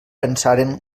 pensaren